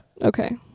Okay